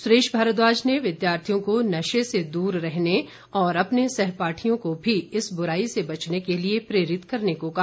सुरेश भारद्वाज ने विद्यार्थियों को नशे से दूर रहने और अपने सहपाठियों को मी इस बुराई से बचने के लिए प्रेरित करने को कहा